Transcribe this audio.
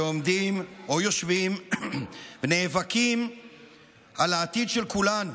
שעומדים או יושבים ונאבקים על העתיד של כולנו,